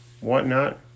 whatnot